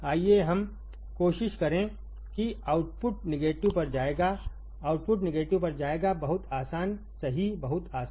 आइए हम कोशिश करें कि आउटपुट निगेटिव पर जाएगा आउटपुट निगेटिव पर जाएगा बहुत आसान सही बहुत आसान